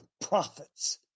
prophets